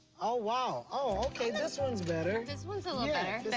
oh, wow. oh, okay. this one's better. this one's a little better.